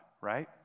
right